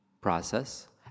process